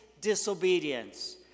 disobedience